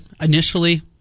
initially